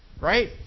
Right